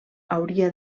hauria